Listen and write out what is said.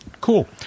cool